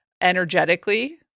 energetically